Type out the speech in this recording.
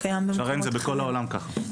שרן, זה בכל העולם ככה.